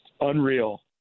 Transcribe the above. unreal